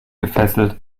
gefesselt